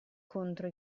contro